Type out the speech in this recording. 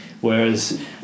whereas